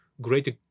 greater